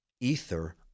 ether